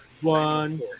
one